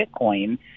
Bitcoin